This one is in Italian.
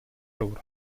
loro